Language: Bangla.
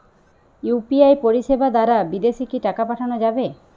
ইউ.পি.আই পরিষেবা দারা বিদেশে কি টাকা পাঠানো যাবে?